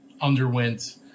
underwent